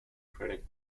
critic